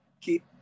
Keep